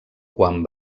quan